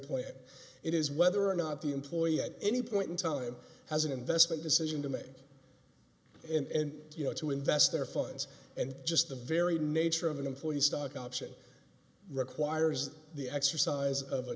play it is whether or not the employer at any point in time has an investment decision to make and you know to invest their funds and just the very nature of an employee stock option requires the exercise of a